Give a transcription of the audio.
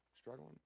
struggling